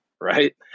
right